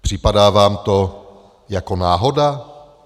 Připadá vám to jako náhoda?